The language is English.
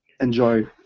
enjoy